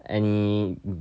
any